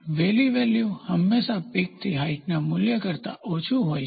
વેલી value હંમેશાથી peak થી હાઇટના મૂલ્ય કરતા ઓછું હોય છે